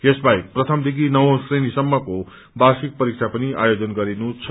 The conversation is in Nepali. यस बाहेक प्रथमदेखि नवैं श्रेणीसम्मको वार्षिक परीक्षा पनि ओजन गरिनु छ